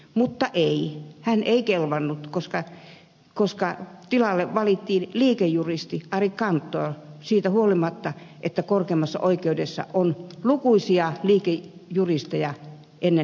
mutta ei hän ei kelvannut vaan tilalle valittiin liikejuristi ari kantor siitä huolimatta että korkeimmassa oikeudessa on lukuisia liikejuristeja hänen lisäkseen